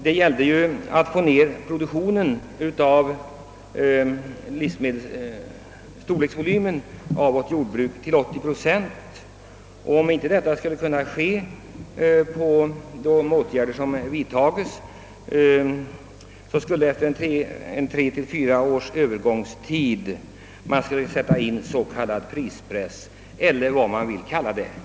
Det gällde ju att minska vårt jordbruk till 80 procents produktion. Om inte detta sker genom de åtgärder som vidtagits, skulle man efter 3—4 års övergångstid sätta in en prispress eller vad man än vill kalla åtgärden.